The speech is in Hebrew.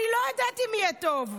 אני לא יודעת אם יהיה טוב.